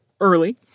early